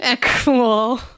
Cool